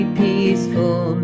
peaceful